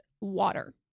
water